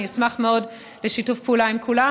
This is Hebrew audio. אני אשמח מאוד לשתף פעולה עם כולם.